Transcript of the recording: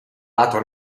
lato